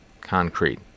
Concrete